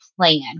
plan